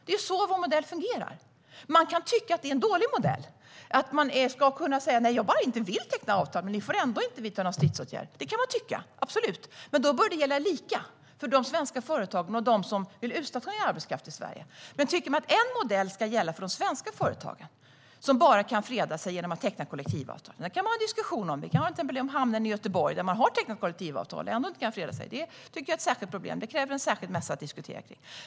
Det är så vår modell fungerar. Man kan tycka att det är en dålig modell och att företagen ska kunna säga "Vi bara inte vill teckna avtal, och ni ska ändå inte få vidta stridsåtgärder". Det kan man absolut tycka, men då bör samma sak gälla för de svenska företagen som för de företag som vill utstationera arbetskraft i Sverige. Tycker man att en modell ska gälla för de svenska företagen, som bara kan freda sig genom att teckna kollektivavtal, måste den ju gälla för alla. Man kan ha en diskussion om till exempel hamnen i Göteborg, där man har tecknat kollektivavtal och ändå inte kan freda sig. Det tycker jag är ett särskilt problem som kräver att diskuteras.